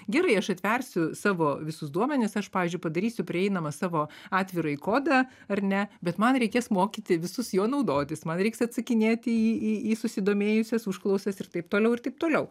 gerai aš atversiu savo visus duomenis aš pavyzdžiui padarysiu prieinamą savo atvirąjį kodą ar ne bet man reikės mokyti visus juo naudotis man reiks atsakinėti į į į susidomėjusias užklausas ir taip toliau ir taip toliau